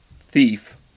Thief